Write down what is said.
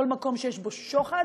כל מקום שיש בו שוחד,